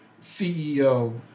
CEO